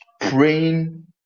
praying